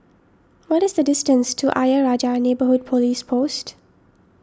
what is the distance to Ayer Rajah Neighbourhood Police Post